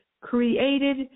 created